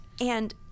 And-